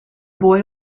boy